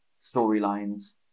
storylines